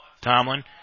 Tomlin